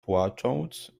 płacząc